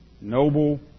noble